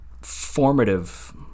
formative